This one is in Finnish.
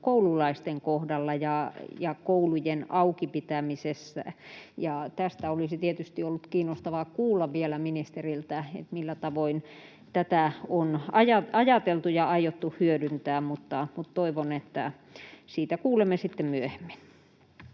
koululaisten kohdalla ja koulujen auki pitämisessä. Tästä olisi tietysti ollut kiinnostavaa kuulla vielä ministeriltä, millä tavoin tätä on ajateltu ja aiottu hyödyntää, mutta toivon, että siitä kuulemme sitten myöhemmin.